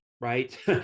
right